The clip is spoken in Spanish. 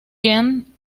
jean